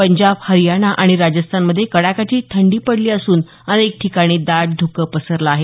पंजाब हरियाणा आणि राजस्थानमध्ये कडाक्याची थंडी पडली असून अनेक ठिकाणी दाट ध्कं पसरलं आहे